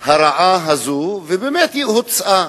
הקשה הזאת, ובאמת היא הוצאה.